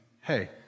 hey